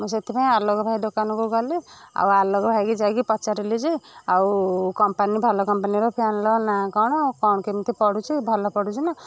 ମୁଁ ସେଥିପାଇଁ ଆଲୋକ ଭାଇ ଦୋକାନକୁ ଗଲି ଆଉ ଆଲୋକ ଭାଇ କି ଯାଇକି ପଚାରିଲି ଯେ ଆଉ କମ୍ପାନୀ ଭଲ କମ୍ପାନୀର ଫ୍ୟାନର ନାଁ କ'ଣ କ'ଣ କେମିତି ପଡ଼ୁଛି ଭଲ ପଡ଼ୁଛି ନା